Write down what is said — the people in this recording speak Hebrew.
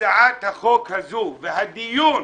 הצעת החוק הזו והדיון